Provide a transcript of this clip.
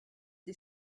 des